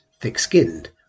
thick-skinned